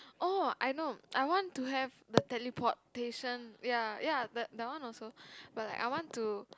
oh I know I want to have the teleportation ya ya that that one also but I want to